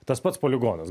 tas pats poligonas